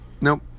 Nope